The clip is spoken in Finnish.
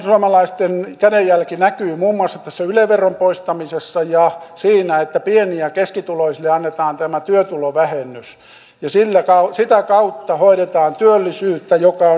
perussuomalaisten kädenjälki näkyy muun muassa tässä yle veron poistamisessa ja siinä että pieni ja keskituloisille annetaan tämä työtulovähennys ja sitä kautta hoidetaan työllisyyttä joka on ykkösasia